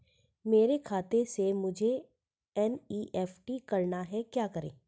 मेरे खाते से मुझे एन.ई.एफ.टी करना है क्या करें?